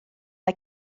mae